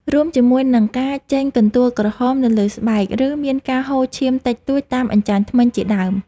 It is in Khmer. រួមជាមួយនឹងការចេញកន្ទួលក្រហមនៅលើស្បែក ឬមានការហូរឈាមតិចតួចតាមអញ្ចាញធ្មេញជាដើម។